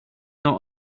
not